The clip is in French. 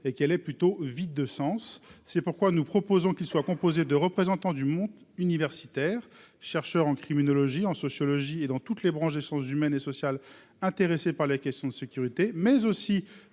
et qui allaient plutôt vide de sens, c'est pourquoi nous proposons qu'il soit composée de représentants du monde universitaire, chercheur en criminologie en sociologie et dans toutes les branches essence humaine et sociale, intéressé par les questions de sécurité, mais aussi